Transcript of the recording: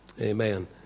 Amen